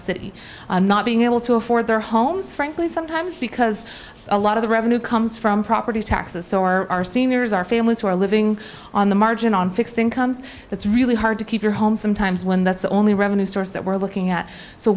city not being able to afford their homes frankly sometimes because a lot of the revenue comes from property taxes so our seniors our families who are living on the margin on fixed incomes it's really hard to keep your home sometimes when that's the only revenue source that we're looking at